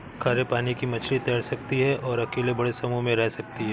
खारे पानी की मछली तैर सकती है और अकेले बड़े समूह में रह सकती है